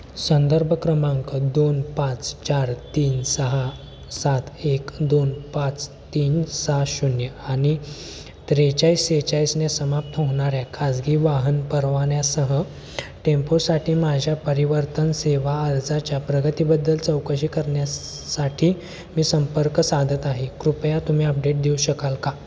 संदर्भ क्रमांक दोन पाच चार तीन सहा सात एक दोन पाच तीन सहा शून्य आणि त्रेचाळीस सेहेचाळीसने समाप्त होणाऱ्या खाजगी वाहन परवान्यासह टेम्पोसाठी माझ्या परिवर्तन सेवा अर्जाच्या प्रगतीबद्दल चौकशी करण्यासाठी मी संपर्क साधत आहे कृपया तुम्ही अपडेट देऊ शकाल का